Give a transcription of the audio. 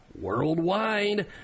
Worldwide